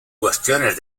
cuestiones